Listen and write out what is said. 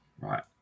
Right